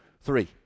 three